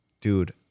dude